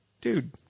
dude